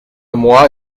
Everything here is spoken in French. mois